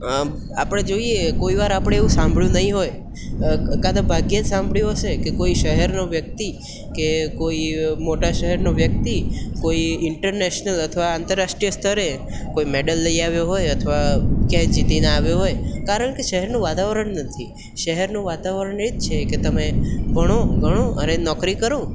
આમ આપણે જોઈએ કોઈવાર આપણે એવું સાંભળ્યું નહીં હોય ક્યાં તો ભાગ્યે જ સાંભળ્યું હશે કે કોઈ શહેરનો વ્યક્તિ કે કોઈ મોટા શહેરનો વ્યક્તિ કોઈ ઇન્ટરનેશનલ અથવા આંતરરાષ્ટ્રીય સ્તરે કોઈ મેડલ લઈ આવ્યો હોય અથવા કે જીતીને આવ્યો હોય કારણ કે શહેરનું વાતાવરણ નથી શહેરનું વાતાવરણ એ જ છે કે તમે ભણો ગણો અને નોકરી કરો